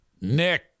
Nick